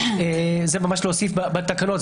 זה להוסיף בתקנות,